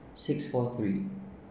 six four three